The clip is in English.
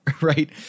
right